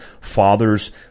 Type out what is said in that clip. fathers